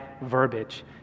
verbiage